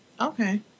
Okay